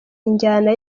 injyana